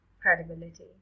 credibility